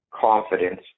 Confidence